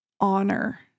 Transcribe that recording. honor